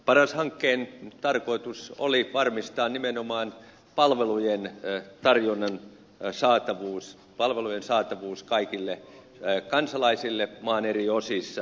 paras hankkeen tarkoitus oli varmistaa nimenomaan palvelujen saatavuus kaikille kansalaisille maan eri osissa